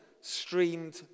streamed